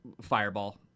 fireball